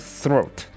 throat